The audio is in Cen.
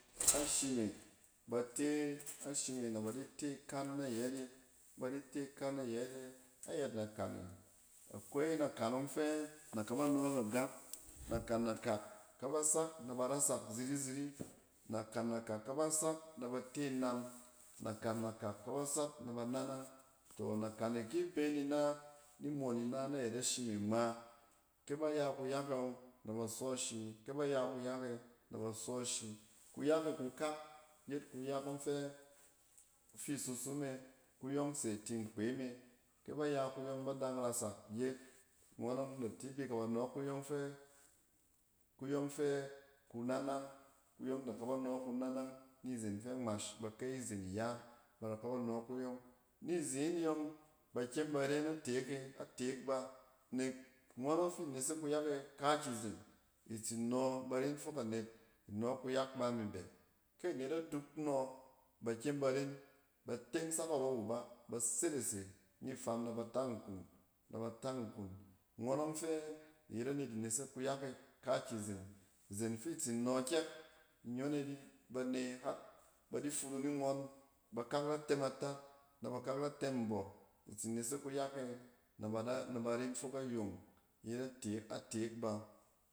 Ashi me, ba taashi ma na ba di te ikan nayɛt e, ba di te ikan nayɛt e. Ayɛt na kane, akwai nakanɔng fɛ naka ba nɔɔk agap, nakan nakak ka ba sak na'ba rasak ziri-ziri. Naka-nakak ka ba sak na ba te inam, nakan nakak ka ba sak nabe nanang. Tɔ nakan e ki be ni na ni moon ina na yɛt ashi me ngma. Kɛ ba ya kuyak e yɔng, na ba sɔ ashi, kɛ ba ya kuyak e na ba sɔ shi. Kuyak e kukak yet kuyak ɔng fɛ, kufi susu me. Kuyɔng se ti nkpe me kɛ ba ya kuyɔng ba dan rasak gyeet, ngɔnɔng ida ti bi ka ba nɔk kuyong f kuyɔng fɛ, kunanang. Kuyɔng da ka ba nɔɔk kunanang nizen fɛ ngmash na ba kai nizen iya, ba da ka ba nɔɔk kuyɔng. Ni zen e yɔng, ba kyem ba ren atek e, atek ba nek ngɔnɔng fi nesek kuyak e kiakizen, itsin nɔ, ba ren fok anet inɔɔk kuyak ba mi bɛ. Kɛ anet aduk nɔ, ba kyem ba ren, ba teng sak, arɔwu ba, ba serese ni fam na ba tang nkum naba tang nkun. Ngɔnɔng fɛ iyet anet inesek kuyak e kaakizen, izen fi tsin nɔ kyɛk inyone di, ba ne har ba di furu ni ngɔn. Bakak da tɛm atak na ba kak da tɛm mbɔk. Itsin nesek kuyak e naba da na ba ren fok ayong yet atek atek ba